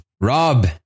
Rob